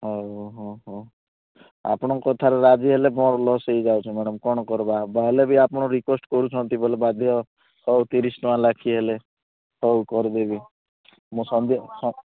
ହଉ ହଉ ହଉ ଆପଣଙ୍କ କଥାରେ ରାଜି ହେଲେ ମୋର ଲସ୍ ହେଇଯାଉଛି ମ୍ୟାଡ଼ମ୍ କ'ଣ କରିବା ହେଲେ ବି ଆପଣ ରିକ୍ୱେଷ୍ଟ୍ କରୁଛନ୍ତି ବୋଲି ବାଧ୍ୟ ହଉ ତିରିଶ ଟଙ୍କା ଲାଖି ହେଲେ ହେଉ କରିଦେବି ମୁଁ ସନ୍ଧ୍ୟା